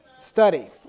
study